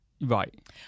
Right